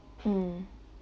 mm